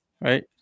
Right